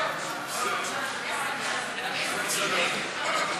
הצעת חוק הגנת הצרכן (תיקון,